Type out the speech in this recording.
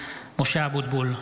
משה אבוטבול,